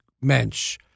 mensch